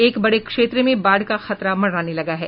एक बड़े क्षेत्र में बाढ़ का खतरा मंडराने लगा है